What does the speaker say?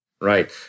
Right